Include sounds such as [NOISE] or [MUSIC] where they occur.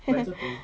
[LAUGHS]